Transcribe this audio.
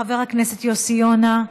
חבר הכנסת יוסי יונה.